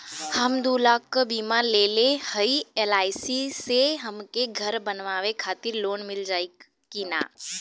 हम दूलाख क बीमा लेले हई एल.आई.सी से हमके घर बनवावे खातिर लोन मिल जाई कि ना?